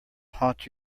haunt